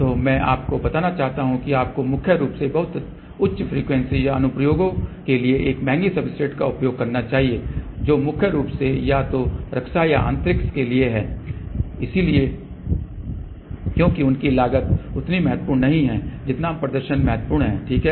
तो मैं आपको बताना चाहता हूं कि आपको मुख्य रूप से बहुत उच्च फ्रीक्वेंसी या अनुप्रयोगों के लिए एक महंगी सब्सट्रेट का उपयोग करना चाहिए जो मुख्य रूप से या तो रक्षा या अंतरिक्ष के लिए हैं क्योंकि उनकी लागत उतनी महत्वपूर्ण नहीं है जितना प्रदर्शन महत्वपूर्ण है ठीक है